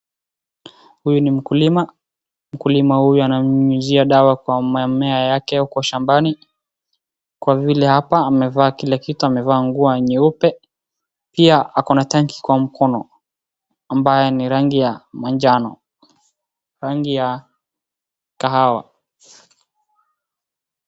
Huyu ni mkulima, mkulima huyu ananyunyizia ndawa kwa mmea yake uko shambani .Kwa vile hapa amevaa kila kitu , amevaa nguo nyeupe pia akona tanki kwa mkono ambaye ni rangi ya manjano , rangi ya kahawa.